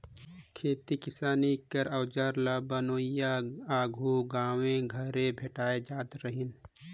खेती किसानी कर अउजार ल बनोइया आघु गाँवे घरे भेटाए जात रहिन